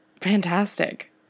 fantastic